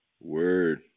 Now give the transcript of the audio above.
Word